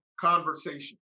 conversation